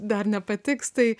dar nepatiks tai